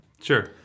Sure